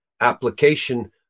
application